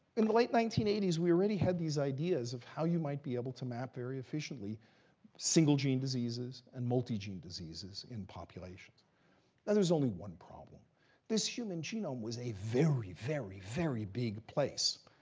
in the late nineteen eighty s, we already had these ideas of how you might be able to map very efficiently single gene diseases and multigene diseases in populations. and there's only one problem this human genome was a very, very, very big place.